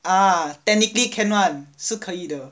ah technically can [one] 是可以的